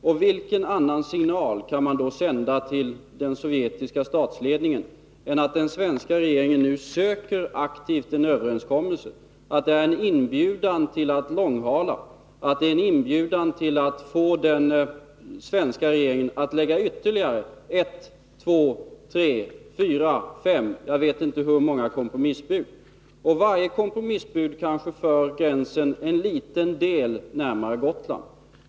Och vilken annan signal kan man då sända till den sovjetiska statsledningen än att den svenska regeringen nu aktivt söker en överenskommelse, att det är en inbjudan till långhalning, att det är en inbjudan till att få den svenska regeringen att lägga ytterligare ett, två, tre, fyra, fem — jag vet inte hur många — kompromissbud. Varje kompromissbud för kanske gränsen en liten bit närmare Gotland.